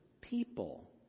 people